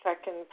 second